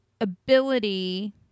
ability